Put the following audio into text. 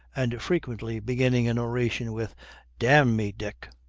and frequently beginning an oration with d n me, dick.